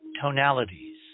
tonalities